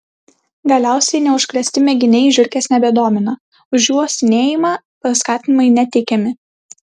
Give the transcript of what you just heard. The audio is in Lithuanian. galiausiai neužkrėsti mėginiai žiurkės nebedomina už jų uostinėjimą paskatinimai neteikiami